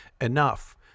Enough